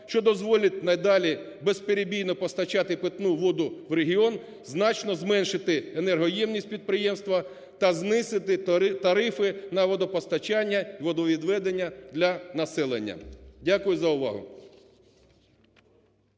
що дозволить надалі безперебійно постачати питну воду в регіон, значно зменшити енергоємність підприємства та знизити тарифи на водопостачання і водовідведення для населення. Дякую за увагу.